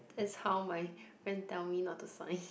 that's how my friend tell me not to sign